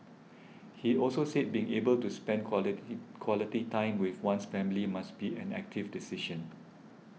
he also said being able to spend quality time with one's family must be an active decision